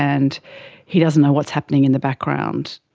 and he doesn't know what's happening in the background,